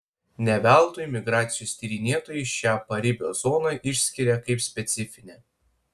ne veltui migracijos tyrinėtojai šią paribio zoną išskiria kaip specifinę